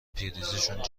پریزشون